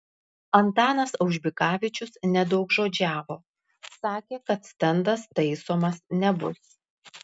antanas aužbikavičius nedaugžodžiavo sakė kad stendas taisomas nebus